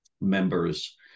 members